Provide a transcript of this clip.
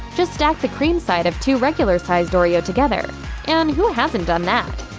just stack the creme side of two regular-sized oreos together and who hasn't done that?